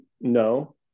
No